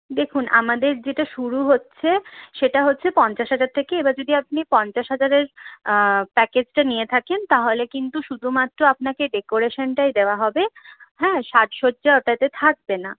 দেখুন আমাদের যেটা শুরু হচ্ছে সেটা হচ্ছে পঞ্চাশ হাজার থেকে এবার যদি আপনি পঞ্চাশ হাজারের প্যাকেজটা নিয়ে থাকেন তাহলে কিন্তু শুধুমাত্র আপনাকে ডেকোরেশানটাই দেওয়া হবে হ্যাঁ সাজসজ্জা ওটাতে থাকবে না